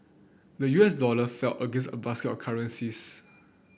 the U S dollar fell against a basket of currencies